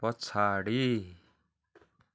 पछाडि